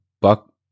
Buck